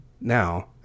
Now